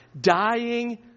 Dying